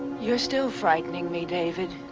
you're still frightening me, david.